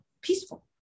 peaceful